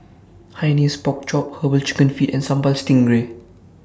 Hainanese Pork Chop Herbal Chicken Feet and Sambal Stingray